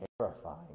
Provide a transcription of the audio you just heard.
terrifying